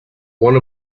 one